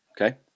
okay